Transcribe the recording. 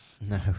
No